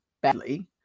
badly